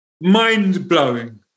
Mind-blowing